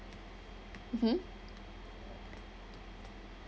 mmhmm